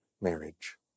marriage